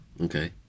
Okay